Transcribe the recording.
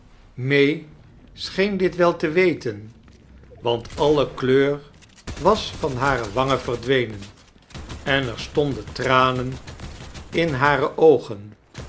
may scheen dit wel te weten want alle kleur was van hare wongen verdwenen en er stonden tranen in hare oogen